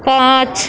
پانچ